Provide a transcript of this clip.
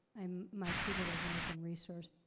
i um might treat it as an open resource.